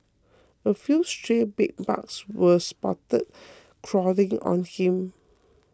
a few stray bedbugs were spotted crawling on him